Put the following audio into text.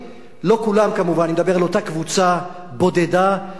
אני מדבר על אותה קבוצה בודדה, שתפקידה להסית.